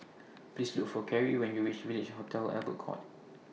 Please Look For Cari when YOU REACH Village Hotel Albert Court